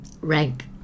rank